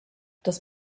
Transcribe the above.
das